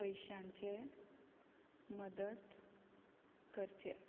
पयशांचे मदत करचें